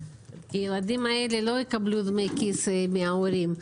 הילדים האלה לא יקבלו דמי כיס מההורים.